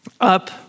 up